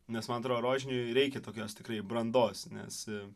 nes man atrodo rožiniui reikia tokios tikrai brandos nes i